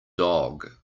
dog